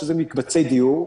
שזה מקבצי דיור,